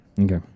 okay